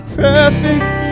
perfect